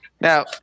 Now